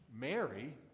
Mary